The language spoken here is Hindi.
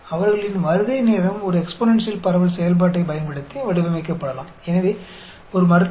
उनके आगमन का समय एक एक्सपोनेंशियल डिस्ट्रीब्यूशन फ़ंक्शन का उपयोग करके मॉडलिंग की जा सकती है